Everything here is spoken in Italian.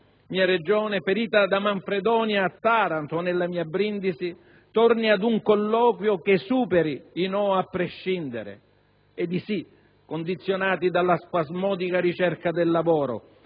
mia Regione, ferita da Manfredonia a Taranto o nella mia Brindisi, torni a un colloquio che superi i no a prescindere ed i sì condizionati dalla spasmodica ricerca del lavoro,